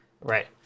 Right